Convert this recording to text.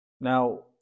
Now